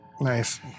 Nice